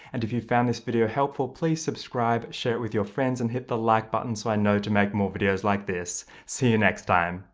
and if you found this video helpful please subscribe, share it with your friends, and hit the like button so i know to make more videos like this. see you next time!